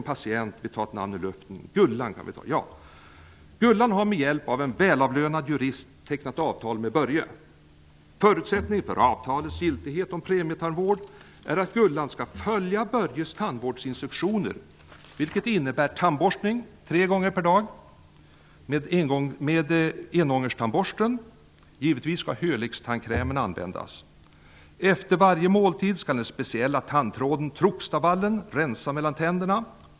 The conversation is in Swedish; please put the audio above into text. Förutsättningen för premietandvårdsavtalets giltighet är att Gullan skall följa Börjes tandvårdsinstruktioner. Det innebär tandborstning tre gånger per dag med ''Hölicktandkrämen'' användas. Efter varje måltid skall den speciella tandtråden ''Trogstavallen'' rensa mellan tänderna.